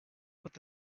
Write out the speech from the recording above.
with